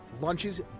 Lunches